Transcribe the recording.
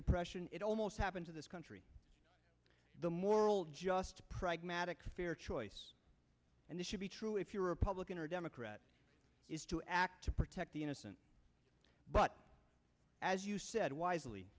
depression it almost happened to this country the moral just pragmatic fear choice and this should be true if you're a republican or democrat is to act to protect the innocent but as you said wisely